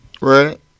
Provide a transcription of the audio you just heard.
Right